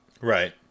Right